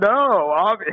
no